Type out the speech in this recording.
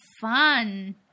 fun